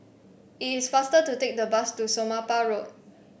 it is faster to take the bus to Somapah Road